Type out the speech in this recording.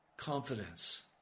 Confidence